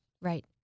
Right